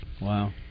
Wow